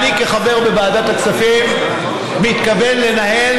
הצעת חוק רישוי שירותים ומקצועות בענף הרכב (תיקון מס' 4),